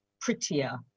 prettier